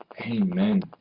Amen